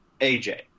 aj